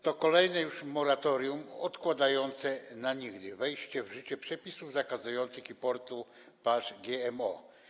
To kolejne już moratorium odkładające na nigdy wejście w życie przepisów zakazujących importu pasz GMO.